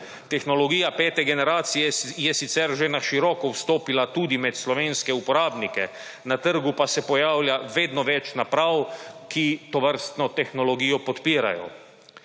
Tehnologija pete generacije je sicer že na široko vstopila tudi med slovenske uporabnike, na trgu pa se pojavlja vedno več naprav, ki tovrstno tehnologijo podpirajo.